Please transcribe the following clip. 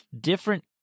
different